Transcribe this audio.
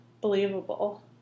believable